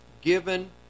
given